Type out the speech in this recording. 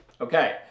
okay